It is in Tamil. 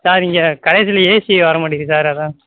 சார் இங்கே கடைசியில் ஏசி வரமாட்டிங்குது சார் அதான்